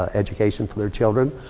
ah education for their children.